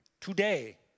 today